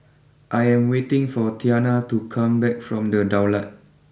I am waiting for Tianna to come back from the Daulat